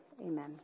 Amen